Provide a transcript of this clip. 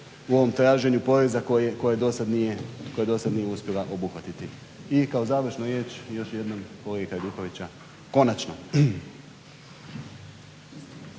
u ovom traženju poreza koje dosad nije uspjela obuhvatiti. I kao završnu riječ još jednom kolegi Hajdukoviću, konačno.